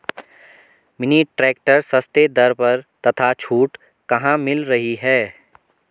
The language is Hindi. मिनी ट्रैक्टर सस्ते दर पर तथा छूट कहाँ मिल रही है?